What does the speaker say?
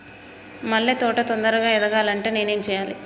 మల్లె తోట తొందరగా ఎదగాలి అంటే నేను ఏం చేయాలి?